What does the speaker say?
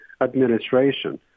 administration